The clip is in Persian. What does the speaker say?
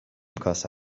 کاسه